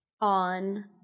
on